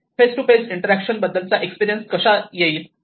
face to face interaction बद्दलचा experience कसा येईल